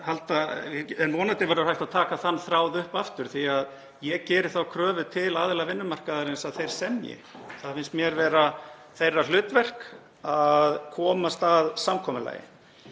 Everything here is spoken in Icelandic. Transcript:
En vonandi verður hægt að taka þann þráð upp aftur því að ég geri þá kröfu til aðila vinnumarkaðarins að þeir semji. Það finnst mér vera þeirra hlutverk, að komast að samkomulagi.